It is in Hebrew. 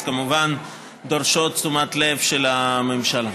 כמובן הן דורשות תשומת לב של הממשלה.